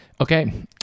okay